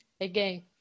again